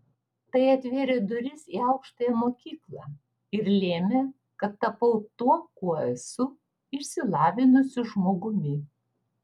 tai atvėrė duris į aukštąją mokyklą ir lėmė kad tapau tuo kuo esu išsilavinusiu žmogumi